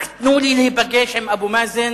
רק תנו לי להיפגש עם אבו מאזן,